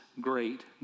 great